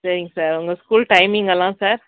சரிங்க சார் உங்கள் ஸ்கூல் டைமிங்கெல்லாம் சார்